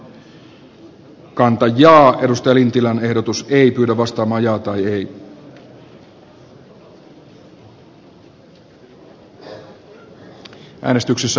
juha väätäinen on pentti kettusen kannattamana ehdottanut että pykälä poistetaan